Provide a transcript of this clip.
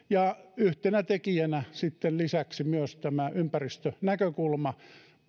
ja yhtenä tekijänä sitten lisäksi myös tämä ympäristönäkökulma